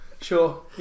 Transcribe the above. Sure